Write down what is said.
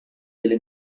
delle